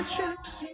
Checks